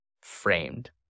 framed